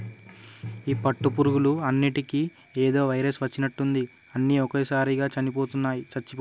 ఈ పట్టు పురుగులు అన్నిటికీ ఏదో వైరస్ వచ్చినట్టుంది అన్ని ఒకేసారిగా చచ్చిపోతున్నాయి